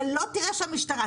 אתה לא תראה שם משטרה.